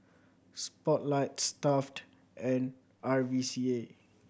Spotlight Stuff'd and R V C A